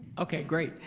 okay, great.